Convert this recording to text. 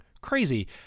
crazy